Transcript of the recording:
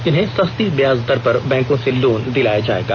इन्हें सस्ते व्याज दर पर बैंकों से लोन दिलाया जाएगा